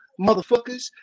motherfuckers